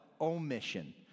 Omission